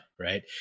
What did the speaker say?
right